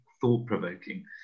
thought-provoking